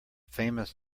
famous